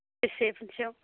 बेसे फुनसेयाव